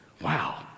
Wow